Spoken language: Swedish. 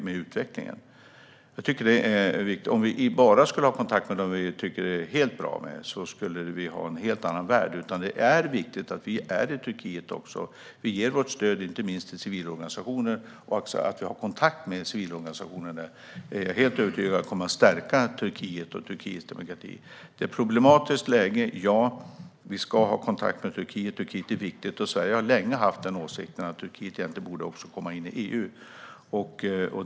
Om vi bara skulle ha kontakt med de länder där vi tycker att det är helt bra skulle vi ha en helt annan värld. Det är viktigt att vi är med i Turkiet också. Vi ger stöd, inte minst till civilorganisationer. Att vi har kontakt med dessa är jag helt övertygad om kommer att stärka Turkiet och dess demokrati. Det är ett problematiskt läge - ja. Vi ska ha kontakt med Turkiet. Turkiet är viktigt, och Sverige har länge haft åsikten att Turkiet egentligen borde komma in i EU.